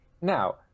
Now